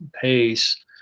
pace